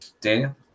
Daniel